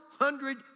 hundred